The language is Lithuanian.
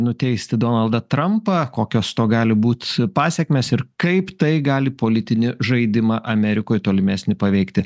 nuteisti donaldą trampą kokios to gali būt pasekmės ir kaip tai gali politinį žaidimą amerikoj tolimesnį paveikti